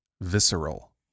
visceral